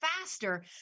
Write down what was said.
faster